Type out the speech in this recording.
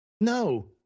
No